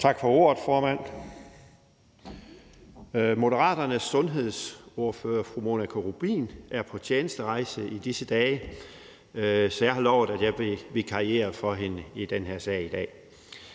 Tak for ordet, formand. Moderaternes sundhedsordfører, fru Monika Rubin, er på tjenesterejse i disse dage, så jeg har lovet, at jeg vil vikariere for hende i den her sag i dag,